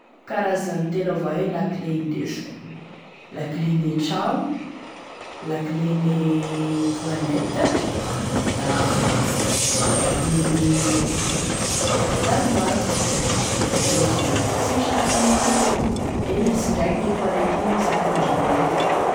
Karazany telo avao e lakile indesiko, lakile gne tragno, lakile gne toilettes, da lakile ne armoire ako zay telo zay avao, tsy misaraka amina reo, eny e tsindraiky lakilene toilettes ampindramigny olo.